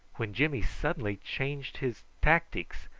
when jimmy suddenly changed his tactics,